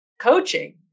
coaching